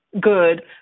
Good